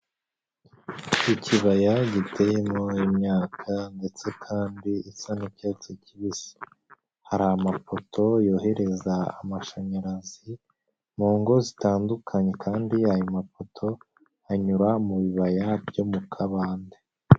Ku kibaya giteyemo imyaka ndetse kandi isa n'icyatsi kibisi, hari amafoto yohereza amashanyarazi, mu ngo zitandukanye kandi ayo mafoto anyura mu bibaya byo mu kabande.